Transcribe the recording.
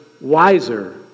wiser